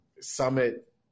summit